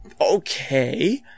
okay